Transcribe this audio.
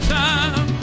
time